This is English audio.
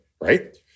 right